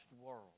world